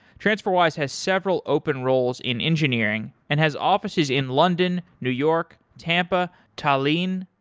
transferwise has several open roles in engineering and has offices in london, new york, tampa, tallin,